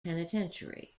penitentiary